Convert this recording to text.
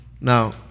Now